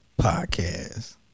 podcast